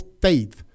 faith